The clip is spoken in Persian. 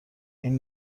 این